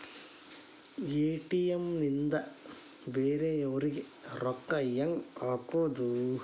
ATM ನಿಂದ ಬೇರೆಯವರಿಗೆ ರೊಕ್ಕ ಹೆಂಗ್ ಹಾಕೋದು?